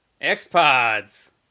X-Pods